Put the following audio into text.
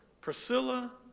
Priscilla